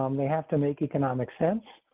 um they have to make economic sense,